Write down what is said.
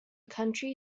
county